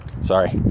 sorry